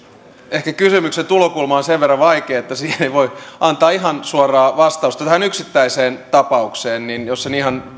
ehkä kysymyksen tulokulma on sen verran vaikea että siihen ei voi antaa ihan suoraa vastausta tähän yksittäiseen tapaukseen jos en ihan